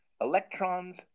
Electrons